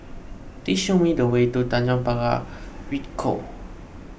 please show me the way to Tanjong Pagar Ricoh